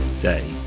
day